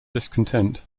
discontent